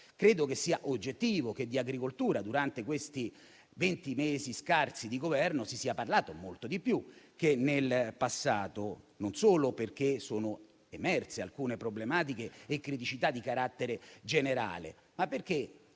Credo che sia oggettivo che di agricoltura, durante questi venti mesi scarsi di Governo, si sia parlato molto di più che nel passato, non solo perché sono emerse alcune problematiche e criticità di carattere generale, ma perché